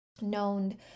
known